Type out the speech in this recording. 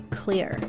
clear